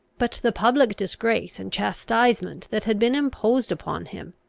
but the public disgrace and chastisement that had been imposed upon him,